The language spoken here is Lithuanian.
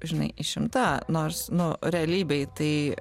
žinai išimta nors nu realybėj tai